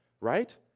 right